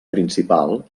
principal